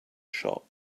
shop